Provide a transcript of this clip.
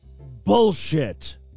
Bullshit